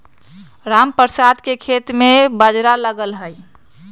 रामप्रसाद के खेत में बाजरा लगल हई